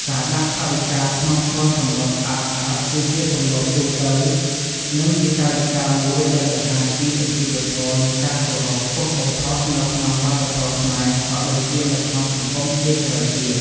ការដាក់ថវិកាក្នុង ស្រោមសំបុត្រស្អាតៗ គឺជា ទម្លាប់ទូទៅ និងជាកាយវិការមួយដែលបង្ហាញពី សុជីវធម៌ និងការគោរព ខ្ពស់បំផុតនៅក្នុងវប្បធម៌ខ្មែរ ក៏ដូចជានៅក្នុងសង្គមជាច្រើនទៀត។